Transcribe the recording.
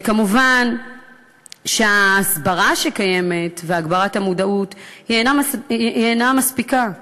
וכמובן שההסברה שקיימת והגברת המודעות אינן מספיקות.